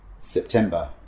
September